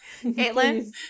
Caitlin